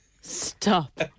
Stop